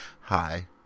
hi